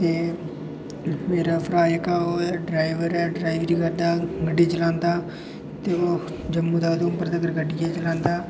ते मेरा भ्राऽ जेह्का ओह् ड्राइवर ऐ ड्राइवरी करदा गड्डी चलांदा ते ओह् जम्मू दा उधमपुर दी गड्डी चलांदा